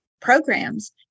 programs